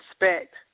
respect